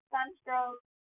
Sunstroke